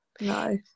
no